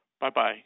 Bye-bye